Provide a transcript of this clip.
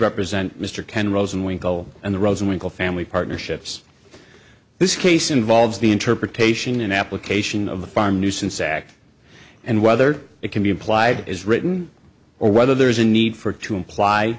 represent mr ken rosenwinkel and the rosenwinkel family partnerships this case involves the interpretation and application of the farm nuisance act and whether it can be applied is written or whether there's a need for to imply